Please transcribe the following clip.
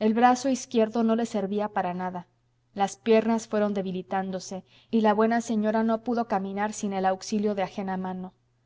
el brazo izquierdo no le servía para nada las piernas fueron debilitándose y la buena señora no pudo caminar sin el auxilio de ajena mano